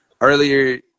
Earlier